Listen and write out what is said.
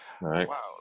Wow